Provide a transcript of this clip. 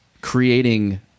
creating